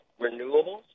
renewables